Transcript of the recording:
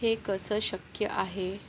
हे कसं शक्य आहे